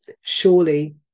surely